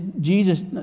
Jesus